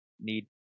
need